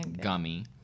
gummy